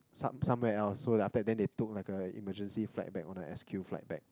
some somewhere else so like after that they took like emergency flight back on a S_Q flight back